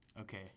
Okay